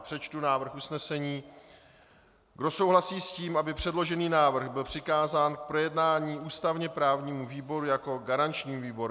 Přečtu návrh usnesení: Kdo souhlasí s tím, aby předložený návrh byl přikázán k projednání ústavněprávnímu výboru jako garančnímu výboru?